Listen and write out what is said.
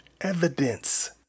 evidence